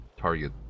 target